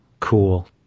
Cool